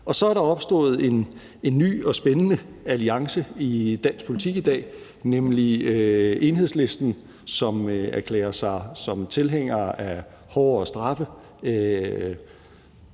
Så er der opstået en ny og spændende alliance i dansk politik i dag, nemlig med Enhedslisten, som erklærer sig som tilhængere af hårdere straffe.